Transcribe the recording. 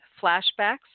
flashbacks